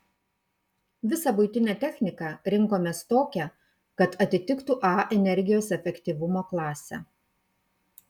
visą buitinę techniką rinkomės tokią kad atitiktų a energijos efektyvumo klasę